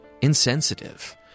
insensitive